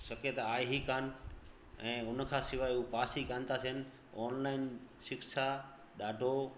सघ त आहे ई कान ऐं उनखां सवाइ हू पास ई कान था थियनि ऑनलाइन शिक्षा ॾाढो